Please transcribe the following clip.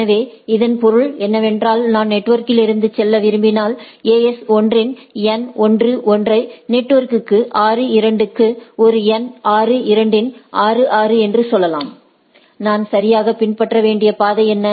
எனவே இதன் பொருள் என்னவென்றால் நான் நெட்வொர்க்கிலிருந்து செல்ல விரும்பினால் AS 1 இன் n 1 1 ஐ நெட்வொர்க்கு 6 2 க்கு ஒரு n 6 2 இன் 6 6 என்று சொல்லலாம் நான் சரியாக பின்பற்ற வேண்டிய பாதை என்ன